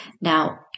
Now